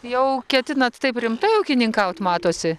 jau ketinat taip rimtai ūkininkaut matosi